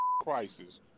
crisis